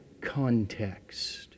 context